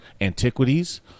antiquities